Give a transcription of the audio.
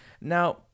now